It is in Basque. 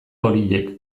horiek